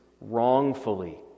wrongfully